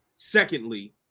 Secondly